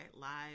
live